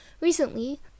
Recently